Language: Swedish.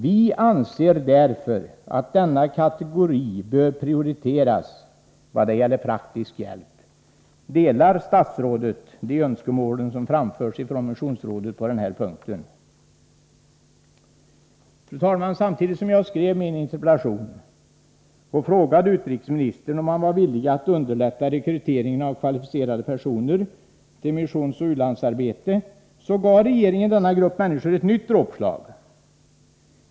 Vi anser därför att denna kategori bör prioriteras vad gäller praktisk hjälp.” Delar statsrådet de önskemål som framförts från Missionsrådet på den här punkten? Fru talman! Samtidigt som jag skrev min interpellation och frågade utrikesministern om han var villig att underlätta rekryteringen av kvalificerade personer till missionsoch u-landsarbete, gav regeringen denna grupp människor ett nytt dråpslag.